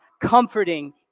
comforting